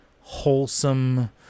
wholesome